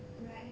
right